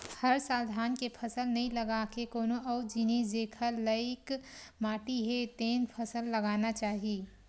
हर साल धान के फसल नइ लगा के कोनो अउ जिनिस जेखर लइक माटी हे तेन फसल लगाना चाही